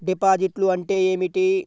డిపాజిట్లు అంటే ఏమిటి?